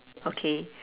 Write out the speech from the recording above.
okay